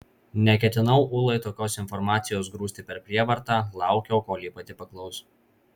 neketinau ulai tokios informacijos grūsti per prievartą laukiau kol ji pati paklaus